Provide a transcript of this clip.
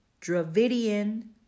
Dravidian